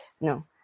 No